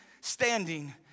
standing